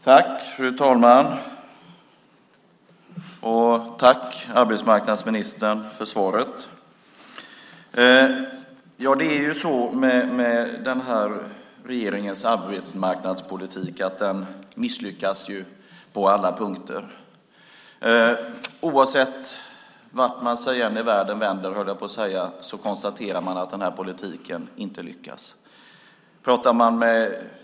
Fru talman! Tack för svaret, arbetsmarknadsministern! Regeringens arbetsmarknadspolitik misslyckas på alla punkter. Oavsett vart man sig i världen vänder konstaterar man att den här politiken inte lyckas.